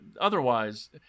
otherwise